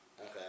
Okay